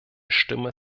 stimme